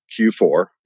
Q4